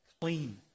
clean